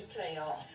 playoffs